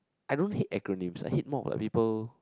I don't hate acronyms I hate more when people